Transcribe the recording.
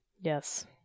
Yes